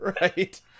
Right